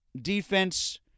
defense